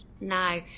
Now